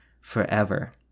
forever